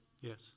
Yes